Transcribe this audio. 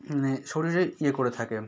মানে শরীরে ইয়ে করে থাকে